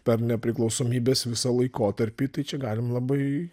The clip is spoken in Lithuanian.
per nepriklausomybės visą laikotarpį tai čia galim labai